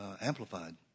amplified